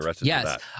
yes